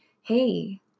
hey